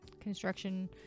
construction